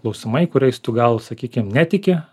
klausimai kuriais tu gal sakykim netiki